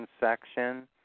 section